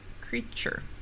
Creature